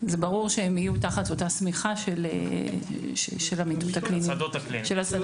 זה ברור שהם יהיו תחת אותה שמיכה של השדות הקליניים,